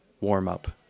warm-up